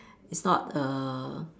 is not err